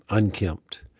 unkempt,